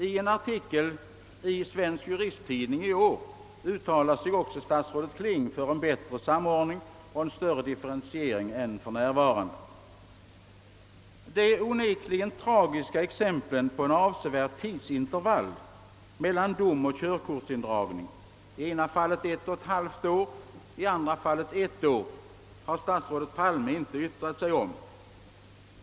I en artikel i Svensk Juristtidning i år uttalar sig också statsrådet Kling för en bättre samordning och en större differentiering än för närvarande. De i interpellationen lämnade, onekligen tragiska exemplen på en avsevärd tidsintervall mellan dom och körkortsindragning — i ena fallet ett och ett halvt år, i andra fallet ett år — har statsrådet Palme inte yttrat sig om.